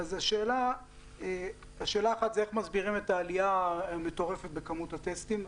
השאלה הראשונה איך מסבירים את העלייה המטורפת בכמות הטסטים,